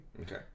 Okay